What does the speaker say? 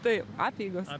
taip apeigos